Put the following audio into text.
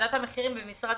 שוועדת המחירים במשרד